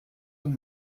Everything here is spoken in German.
von